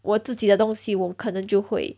我自己的东西我可能就会